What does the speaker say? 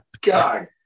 god